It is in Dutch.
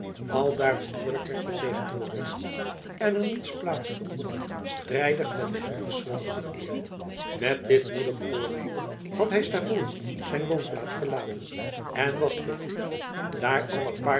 aldaar behoorlijk werd vertegenwoordigd en er niets plaats vond strijdig met de hem verschuldigde eer met dit moedig voornemen had hij stavoren zijn woonplaats verlaten en was te voet daar alle paarden